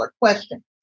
question